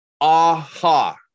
Aha